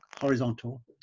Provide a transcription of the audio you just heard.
horizontal